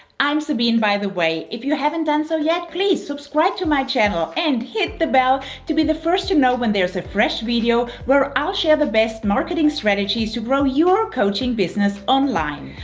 i'm sabine, by the way. if you haven't done so yet, please subscribe to my channel and hit the bell to be the first to know when there's a fresh video where i'll share the best marketing strategies to grow your coaching business online.